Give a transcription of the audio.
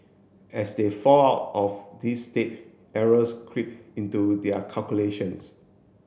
as they fall out of this state errors creep into their calculations